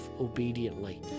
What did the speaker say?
obediently